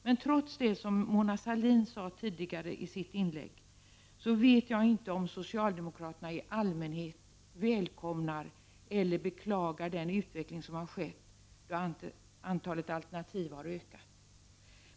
Men trots det som Mona Sahlin sade tidigare i sitt inlägg vet jag inte om socialdemokraterna i allmänhet välkomnar eller beklagar den utveckling som har skett då antalet alternativ har ökat.